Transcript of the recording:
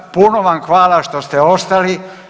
Puno vam hvala što ste ostali.